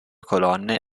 colonne